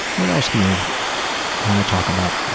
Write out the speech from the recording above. what else do you want to talk about?